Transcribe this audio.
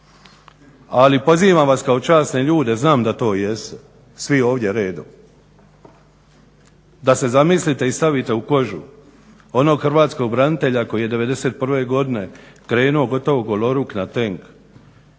ali pozivam vas kao časne ljude, znam da to jeste svi ovdje redom da se zamislite i stavite u kožu onog hrvatskog branitelja koji je 91. godine krenuo gotovo goloruk na tenk.